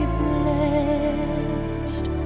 blessed